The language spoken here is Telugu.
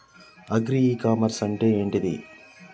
అగ్రి ఇ కామర్స్ అంటే ఏంటిది?